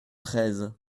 treize